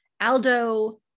Aldo